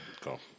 Cool